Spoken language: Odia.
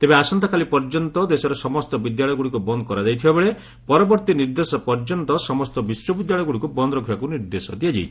ତେବେ ଆସନ୍ତାକାଲି ପର୍ଯ୍ୟନ୍ତ ଦେଶରେ ସମସ୍ତ ବିଦ୍ୟାଳୟଗୁଡ଼ିକୁ ବନ୍ଦ୍ କରାଯାଇଥିବାବେଳେ ପରବର୍ତ୍ତୀ ନିର୍ଦ୍ଦେଶ ପର୍ଯ୍ୟନ୍ତ ସମସ୍ତ ବିଶ୍ୱବିଦ୍ୟାଳୟଗୁଡ଼ିକୁ ବନ୍ଦ୍ ରଖିବାକୁ ନିର୍ଦ୍ଦେଶ ଦିଆଯାଇଛି